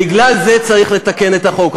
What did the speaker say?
בגלל זה צריך לתקן את החוק.